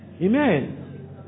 Amen